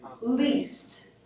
Least